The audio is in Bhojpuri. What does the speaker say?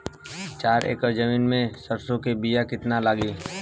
चार एकड़ जमीन में सरसों के बीया कितना लागी?